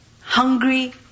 hungry